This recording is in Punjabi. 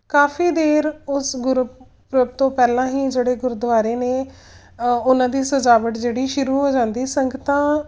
ਕਾਫੀ ਦੇਰ ਉਸ ਗੁਰਪੁਰਬ ਤੋਂ ਪਹਿਲਾਂ ਹੀ ਜਿਹੜੇ ਗੁਰਦੁਆਰੇ ਨੇ ਉਹਨਾਂ ਦੀ ਸਜਾਵਟ ਜਿਹੜੀ ਸ਼ੁਰੂ ਹੋ ਜਾਂਦੀ ਸੰਗਤਾਂ